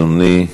אדוני,